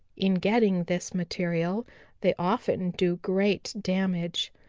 in getting this material they often do great damage.